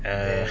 ah